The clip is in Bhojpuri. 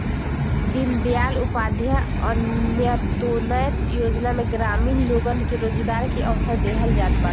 दीनदयाल उपाध्याय अन्त्योदय योजना में ग्रामीण लोगन के रोजगार के अवसर देहल जात बाटे